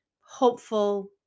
hopeful